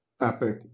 Epic